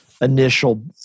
initial